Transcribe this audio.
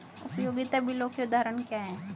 उपयोगिता बिलों के उदाहरण क्या हैं?